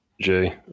jay